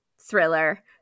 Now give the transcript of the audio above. thriller